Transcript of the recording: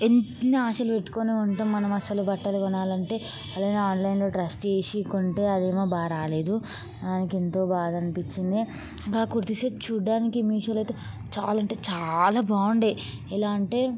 ఎన్నో ఆశలు పెట్టుకుని ఉంటాం మనమసలు బట్టలు కొనాలి అంటే అదే ఆన్లైన్లో ట్రస్ట్ చేసి కొంటే అదేమో బాగ రాలేదు దానికి ఎంతో బాధ అనిపించింది ఆ కుర్తీ సెట్ చూడ్డానికి మీషోలో అయితే చాలా అంటే చాలా బాగుండే ఎలా అంటే